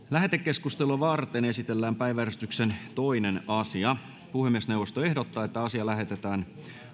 lähetekeskustelua varten esitellään päiväjärjestyksen toinen asia puhemiesneuvosto ehdottaa että asia lähetetään